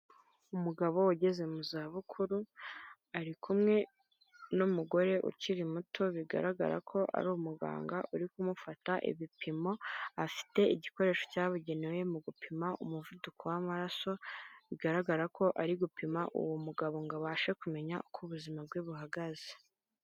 Umugabo ugeze mu za bukuru ari kumwe n'umugore ukiri muto bigaragara ko ari umuganga uri kumufata ibipimo. Afite igikoresho cyabugenewe mu gupima umuvuduko w'amaraso, bigaragara ko ari gupima uwo mugabo ngo abashe kumenya uko ubuzima bwe buhagaze.